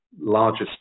largest